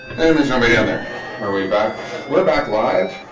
and there's somebody on there we're way back we're back live